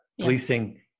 policing